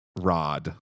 rod